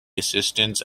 assistance